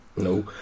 no